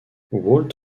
walt